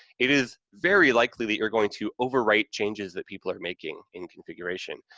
it is very likely that you're going to overwrite changes that people are making in configuration.